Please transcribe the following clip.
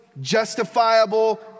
justifiable